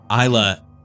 Isla